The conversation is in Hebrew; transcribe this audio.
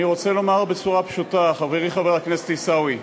אני רוצה לומר בצורה פשוטה: חברי חבר הכנסת עיסאווי,